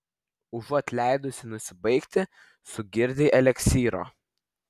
užuot leidusi nusibaigti sugirdei eliksyro